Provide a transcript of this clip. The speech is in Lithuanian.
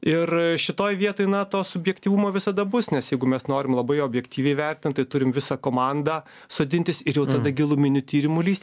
ir šitoj vietoj na to subjektyvumo visada bus nes jeigu mes norim labai objektyviai vertint tai turim visą komandą sodintis ir jau tada giluminiu tyrimu lįst